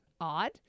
odd